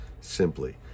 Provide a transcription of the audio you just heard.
simply